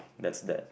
that's that